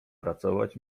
pracować